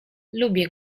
lubię